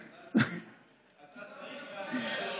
אתה צריך להגיד לו